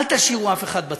אל תשאירו אף אחד בצד.